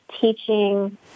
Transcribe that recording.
teaching